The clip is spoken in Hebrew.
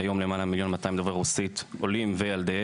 כיום למעלה ממיליון מאתיים דוברי רוסית עולים וילדיהם.